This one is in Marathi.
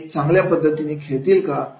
ते चांगल्या पद्धतीने खेळतील का